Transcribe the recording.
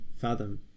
fathom